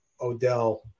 Odell